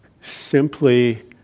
simply